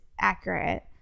accurate